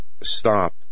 stop